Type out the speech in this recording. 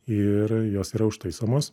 ir jos yra užtaisomos